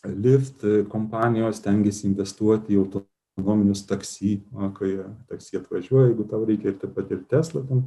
liftai kompanijos stengiasi investuoti į autonominius taksi kai taksi atvažiuoja jeigu tau reikia ir taip pat ir tesla ten